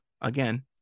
again